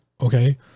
Okay